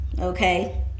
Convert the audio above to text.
okay